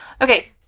Okay